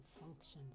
functions